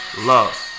love